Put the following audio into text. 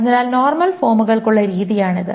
അതിനാൽ നോർമൽ ഫോമുകൾക്കുള്ള രീതിയാണിത്